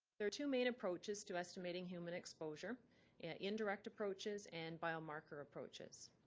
there are two main approaches to estimating human exposure yeah indirect approaches and biomarker approaches.